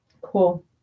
Cool